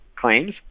claims